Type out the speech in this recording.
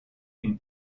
une